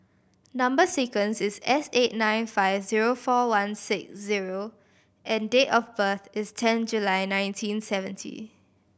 number sequence is S eight nine five zero four one six zero and date of birth is ten July nineteen seventy